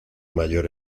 mayor